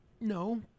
No